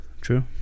True